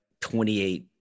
28